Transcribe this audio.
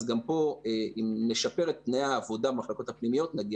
אז גם פה נגיע לזה אם נשפר את תנאי העבודה במחלקות הפנימיות.